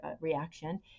reaction